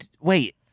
wait